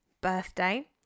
birthday